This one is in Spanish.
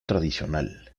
tradicional